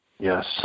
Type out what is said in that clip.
Yes